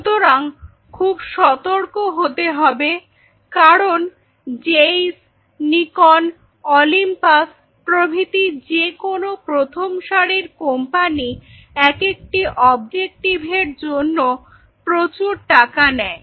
সুতরাং খুব সতর্ক হতে হবে কারণ জেইস নিকন অলিম্পাস প্রভৃতি যে কোন প্রথম সারির কোম্পানি একেকটি অবজেকটিভের জন্য প্রচুর টাকা নেয়